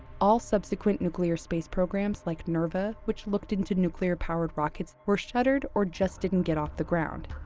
all subsequent nuclear space programs, like nerva, which looked into nuclear powered rockets, were shuttered or just didn't get off the ground.